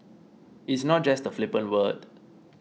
it's not just a flippant word